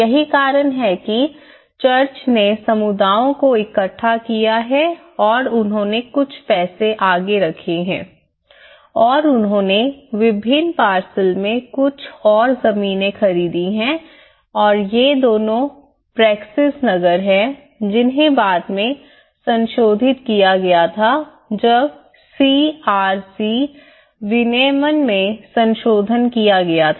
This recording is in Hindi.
यही कारण है कि चर्च ने समुदायों को इकट्ठा किया है और उन्होंने कुछ पैसे आगे रखे हैं और उन्होंने विभिन्न पार्सल में कुछ और जमीनें खरीदी हैं और ये दोनों प्रैक्सिस नगर हैं जिन्हें बाद में संशोधित किया गया था जब विनियमन में संशोधन किया गया था